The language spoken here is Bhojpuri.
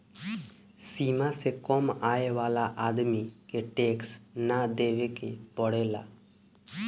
सीमा से कम आय वाला आदमी के टैक्स ना देवेके पड़ेला